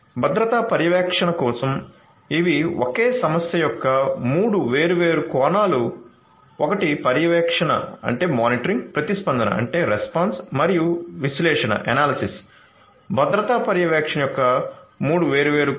భద్రతా పర్యవేక్షణ కోసం ఇవి ఒకే సమస్య యొక్క మూడు వేర్వేరు కోణాలు ఒకటి పర్యవేక్షణ